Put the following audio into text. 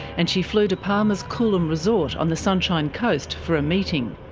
and she flew to palmer's coolum resort on the sunshine coast for a meeting.